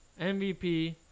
mvp